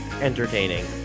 entertaining